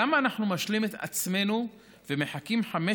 למה אנחנו משלים את עצמנו ומחכים חמש